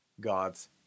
God's